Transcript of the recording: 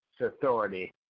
authority